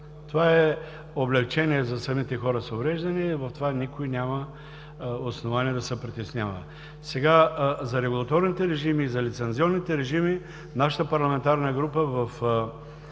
Това е облекчение за хората с увреждания. За това никой няма основание да се притеснява. За регулаторните и лицензионните режими нашата парламентарна група в